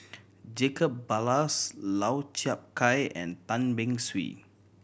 Jacob Ballas Lau Chiap Khai and Tan Beng Swee